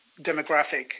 demographic